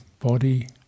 body